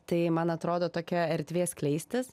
tai man atrodo tokia erdvė skleistis